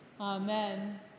Amen